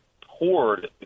poured